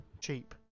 cheap